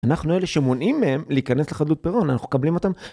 אנחנו אלה שמונעים מהם להיכנס לחדות פירון, אנחנו קבלים אותם.